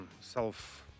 self